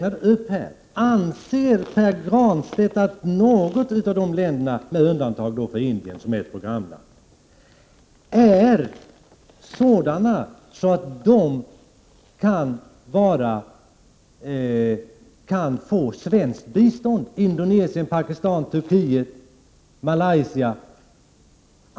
Anser Pär Granstedt att något av dessa länder — med undantag av Indien, som är ett programland — är sådant att det kan få svenskt bistånd? Det gäller alltså Indonesien, Pakistan, Thailand och Malaysia.